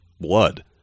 Blood